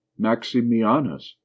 maximianus